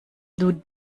nun